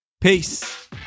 Peace